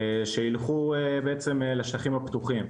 שילכו בעצם לשטחים הפתוחים,